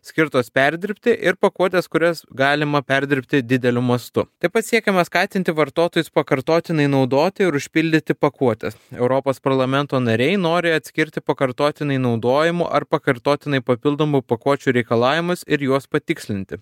skirtos perdirbti ir pakuotės kurias galima perdirbti dideliu mastu taip pat siekiama skatinti vartotojus pakartotinai naudoti ir užpildyti pakuotes europos parlamento nariai nori atskirti pakartotinai naudojamų ar pakartotinai papildomų pakuočių reikalavimus ir juos patikslinti